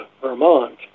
Vermont